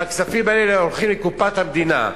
והכספים האלה הולכים לקופת המדינה.